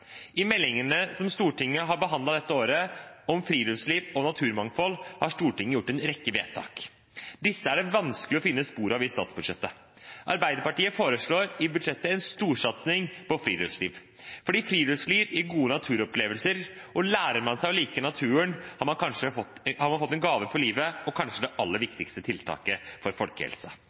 I forbindelse med meldingene som Stortinget har behandlet dette året, om friluftsliv og naturmangfold, har Stortinget gjort en rekke vedtak. Disse er det vanskelig å finne spor av i statsbudsjettet. Arbeiderpartiet foreslår i budsjettet en storsatsing på friluftsliv, fordi friluftsliv gir gode naturopplevelser, og lærer man seg å like naturen, har man fått en gave for livet og kanskje det aller viktigste tiltaket for